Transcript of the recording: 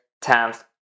times